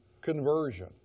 conversion